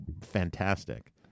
fantastic